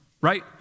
right